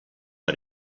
per